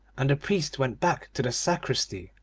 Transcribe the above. and the priest went back to the sacristy,